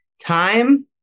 time